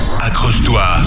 Accroche-toi